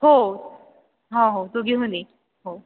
हो हो हो तू घेऊन ये हो